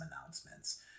announcements